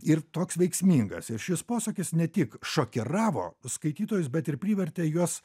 ir toks veiksmingas ir šis posakis ne tik šokiravo skaitytojus bet ir privertė juos